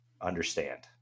understand